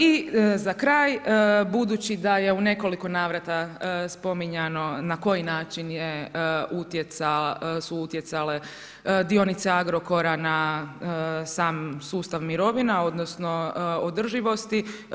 I za kraj, budući da je u nekoliko navrata spominjano na koji način su utjecale dionice Agrokora na sam sustav mirovina, odnosno održivosti.